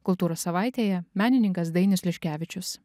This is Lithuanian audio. kultūros savaitėje menininkas dainius liškevičius